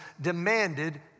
demanded